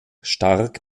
stark